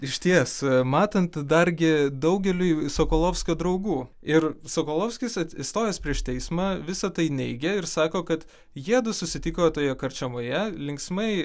išties matant dargi daugeliui sokolovskio draugų ir sokolovskis stojęs prieš teismą visa tai neigia ir sako kad jiedu susitiko toje karčiamoje linksmai